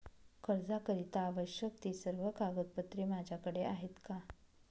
कर्जाकरीता आवश्यक ति सर्व कागदपत्रे माझ्याकडे आहेत का?